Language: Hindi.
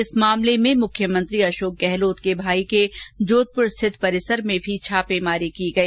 इस मामले में मुख्यमंत्री अशोक गहलोत के भाई के जोधपुर स्थित परिसर में भी छापेमारी की गई